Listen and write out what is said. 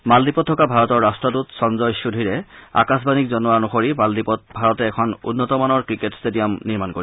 মালদ্বীপত থকা ভাৰতৰ ৰাট্টদূত সঞ্জয় সুধিৰে আকাশবাণীক জনোৱা অনুসৰি মালদ্বীপত ভাৰতে এখন উন্নতমানৰ ক্ৰিকেট ট্টেডিয়াম নিৰ্মাণ কৰিব